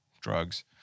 Drugs